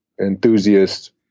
enthusiast